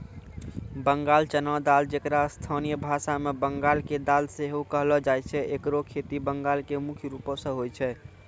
बंगाल चना दाल जेकरा स्थानीय भाषा मे बंगाल के दाल सेहो कहलो जाय छै एकरो खेती बंगाल मे मुख्य रूपो से होय छै